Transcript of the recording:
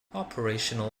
operational